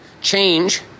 change